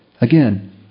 Again